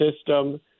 system